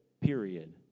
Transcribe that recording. period